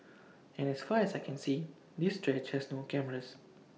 and as far as I can see this stretch has no cameras